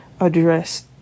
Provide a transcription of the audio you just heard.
address